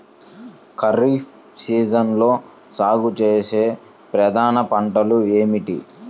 ఖరీఫ్ సీజన్లో సాగుచేసే ప్రధాన పంటలు ఏమిటీ?